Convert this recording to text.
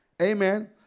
Amen